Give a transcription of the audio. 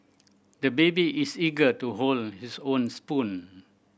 the baby is eager to hold his own spoon